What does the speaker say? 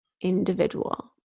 individual